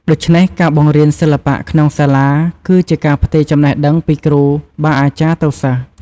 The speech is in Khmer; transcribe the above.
ដូច្នេះ ការបង្រៀនសិល្បៈក្នុងសាលា គឺជាការផ្ទេរចំណេះដឹងពីគ្រូបាអាចារ្យទៅសិស្ស។